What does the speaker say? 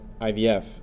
IVF